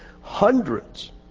hundreds